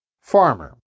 Farmer